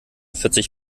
vierzig